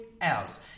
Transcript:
else